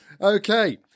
Okay